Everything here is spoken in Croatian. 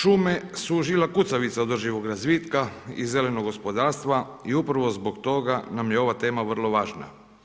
Šume su žila kucavica održivog razvitka i zelenog gospodarstva i upravo zbog toga nam je ova tema vrlo važna.